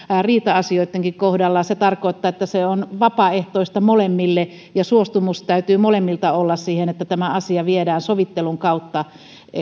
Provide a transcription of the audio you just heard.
riita asioittenkin kohdalla se tarkoittaa että se on vapaaehtoista molemmille ja suostumus täytyy molemmilta olla siihen että tämä asia viedään sovittelun kautta eli kyllä